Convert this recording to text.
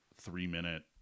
three-minute